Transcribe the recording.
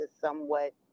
somewhat